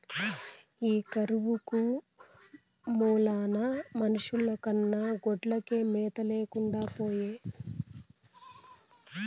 ఈ కరువు మూలాన మనుషుల కన్నా గొడ్లకే మేత లేకుండా పాయె